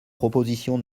proposition